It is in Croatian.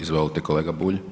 Izvolite kolega Bulj.